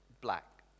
black